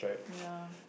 ya